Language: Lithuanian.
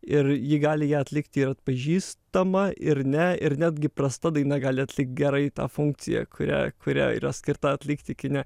ir ji gali ją atlikti ir atpažįstama ir ne ir netgi prasta daina gali atlikt gerai tą funkciją kurią kurią yra skirta atlikti kine